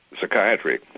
Psychiatry